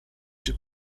się